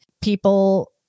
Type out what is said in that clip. people